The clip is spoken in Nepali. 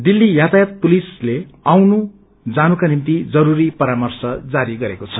दिल्ली यातायात पुलिसले आउनु जानुद्य निम्ति जरूरी परामर्श जारी गरेको छ